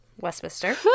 Westminster